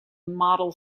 model